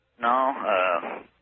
No